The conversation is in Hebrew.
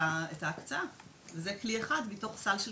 את ההקצאה וזה רק כלי אחד מתוך סל של